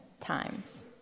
times